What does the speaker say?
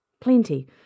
Plenty